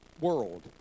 world